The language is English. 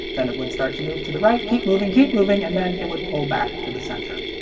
then it would start to move to the right, keep moving, keep moving, and then it would pull back to the center.